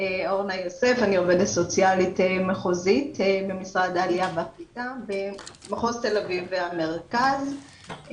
אני עובדת סוציאלית מחוזית במשרד העלייה והקליטה במחוז תל אביב והמרכז,